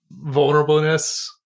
vulnerableness